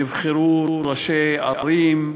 נבחרו ראשי ערים,